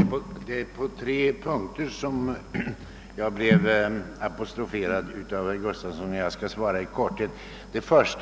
Herr talman! Det är på tre punkter som jag blev apostroferad av herr Gustafsson i Uddevalla. Jag skall svara i korthet. En punkt